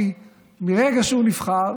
כי מרגע שהוא נבחר